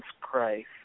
Christ